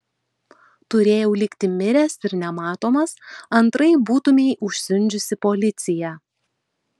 turėjau likti miręs ir nematomas antraip būtumei užsiundžiusi policiją